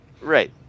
right